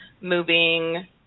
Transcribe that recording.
moving